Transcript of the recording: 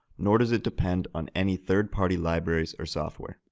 nor does it depend on any third party libraries or software.